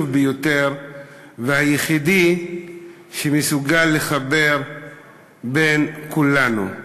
ביותר והיחידי שמסוגל לחבר בין כולנו.